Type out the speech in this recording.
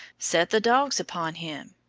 set the dogs upon him,